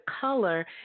color